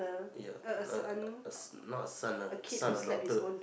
ya err not son lah son or daughter